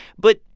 but,